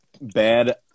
bad